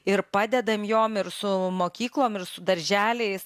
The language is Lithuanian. ir padedam jom ir su mokyklom ir su darželiais